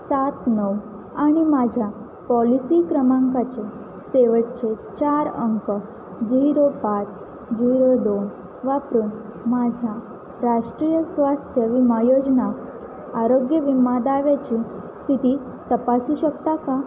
सात नऊ आणि माझ्या पॉलिसी क्रमांकाचे शेवटचे चार अंक झिरो पाच झिरो दोन वापरून माझा राष्ट्रीय स्वास्थ्य विमा योजना आरोग्य विमा दाव्याची स्थिती तपासू शकता का